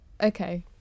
okay